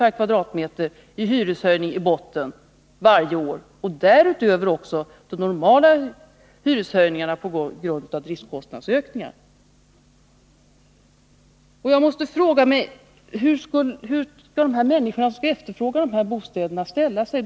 per kvadratmeter i hyreshöjning i botten varje år och därutöver de normala hyreshöjningarna på grund av driftkostnadsökningarna. Jag måste fråga mig hur de människor som efterfrågar dessa bostäder skall ställa sig.